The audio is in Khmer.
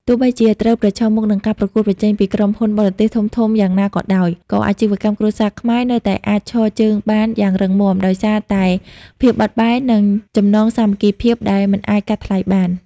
ទោះបីជាត្រូវប្រឈមមុខនឹងការប្រកួតប្រជែងពីក្រុមហ៊ុនបរទេសធំៗយ៉ាងណាក៏ដោយ ក៏អាជីវកម្មគ្រួសារខ្មែរនៅតែអាចឈរជើងបានយ៉ាងរឹងមាំ ដោយសារតែភាពបត់បែន និងចំណងសាមគ្គីភាពដែលមិនអាចកាត់ថ្លៃបាន។